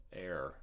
air